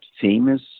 famous